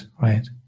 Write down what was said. right